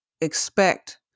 expect